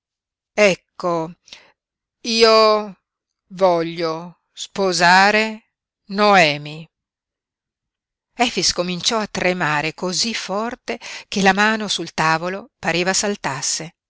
ecco io voglio sposare noemi efix cominciò a tremare cosí forte che la mano sul tavolo pareva saltasse